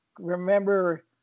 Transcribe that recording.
remember